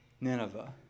Nineveh